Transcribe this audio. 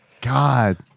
God